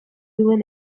duen